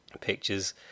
pictures